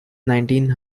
nineteen